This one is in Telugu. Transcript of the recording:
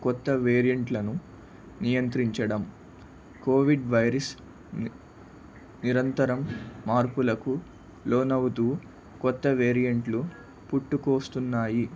కొత్త వేరియంట్లను నియంత్రించడం కోవిడ్ వైరస్ నిరంతరం మార్పులకు లోనవుతు కొత్త వేరియంట్లు పుట్టుకు వస్తున్నాయి